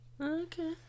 Okay